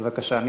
בבקשה.